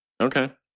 okay